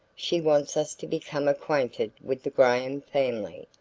she wants us to become acquainted with the graham family,